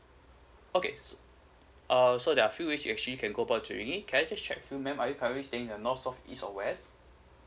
okay err so there are a few ways you actually can go about doing it can I just check with you are you currently staying in north south east or west